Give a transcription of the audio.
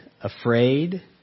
afraid